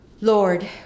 Lord